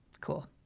Cool